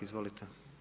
Izvolite.